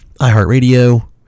iHeartRadio